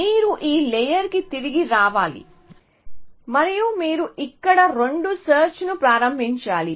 మీరు ఈ లేయర్ కి తిరిగి రావాలి మరియు మీరు ఇక్కడ రెండవ సెర్చ్ ను ప్రారంభించాలి